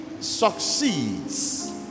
succeeds